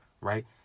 right